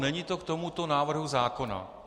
Není to k tomuto návrhu zákona.